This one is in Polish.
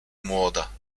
młoda